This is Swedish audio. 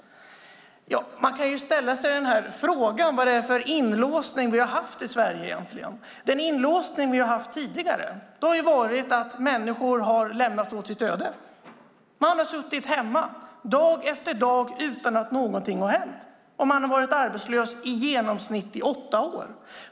Man kan ställa sig frågan vad det är för inlåsning vi egentligen haft i Sverige. Den inlåsning vi haft tidigare har varit att människor har lämnats åt sitt öde. Man har suttit hemma dag efter dag utan att någonting har hänt, och man har varit arbetslös i genomsnitt i åtta år.